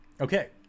Okay